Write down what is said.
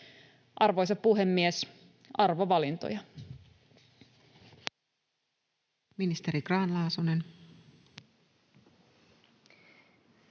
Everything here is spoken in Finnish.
Arvoisa puhemies, arvovalintoja.